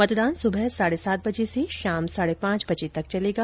मतदान सुबह साढे सात बजे से शाम साढे पांच बजे तक चलेगा